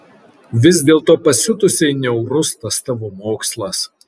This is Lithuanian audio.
vis dėlto pasiutusiai niaurus tas tavo mokslas